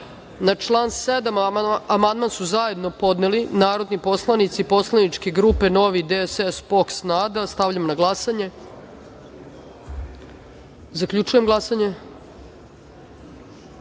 član 7. amandman su zajedno podneli narodni poslanici poslaničke grupe Novi DSS i POKS i NADA stavljam na glasanje. Zaključujem glasanje: